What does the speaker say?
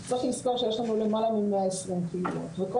צריך לזכור שיש לנו למעלה מ-120 קהילות וכל